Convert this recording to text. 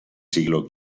siglo